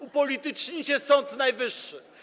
Upolitycznicie Sąd Najwyższy.